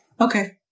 Okay